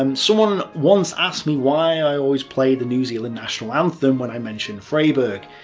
um someone once asked me why i always play the new zealand national anthem when i mention freyberg.